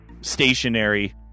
stationary